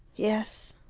yes.